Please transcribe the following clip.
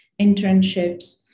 internships